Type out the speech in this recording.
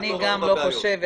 אני גם לא חושבת.